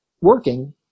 working